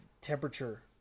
temperature